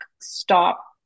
stop